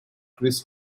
chris